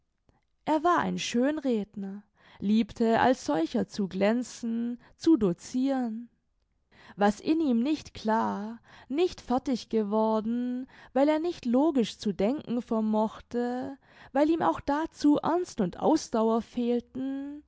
er war ein schönredner liebte als solcher zu glänzen zu dociren was in ihm nicht klar nicht fertig geworden weil er nicht logisch zu denken vermochte weil ihm auch dazu ernst und ausdauer fehlten